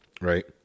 Right